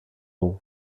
nom